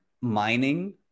mining